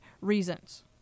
reasons